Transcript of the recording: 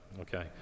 okay